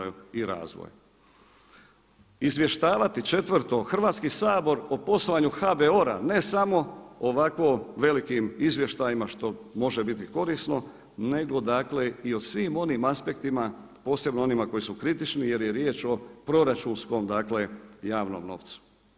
Četvrto, izvještavati Hrvatski sabor o poslovanju HBOR-a, ne samo o ovakvo velikim izvještajima što može biti korisno nego dakle i o svim onim aspektima, posebno onima koji su kritični jer je riječ o proračunskom dakle javnom novcu.